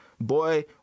Boy